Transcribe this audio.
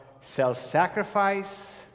self-sacrifice